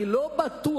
אני לא בטוח,